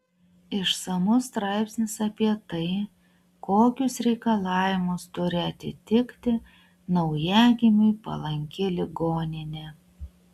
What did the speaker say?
išsamus straipsnis apie tai kokius reikalavimus turi atitikti naujagimiui palanki ligoninė